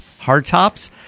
hardtops